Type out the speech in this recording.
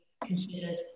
considered